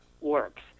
works